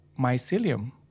mycelium